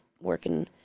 working